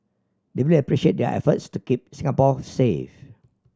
deeply appreciate their efforts to keep Singapore safe